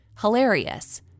Hilarious